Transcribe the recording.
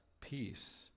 peace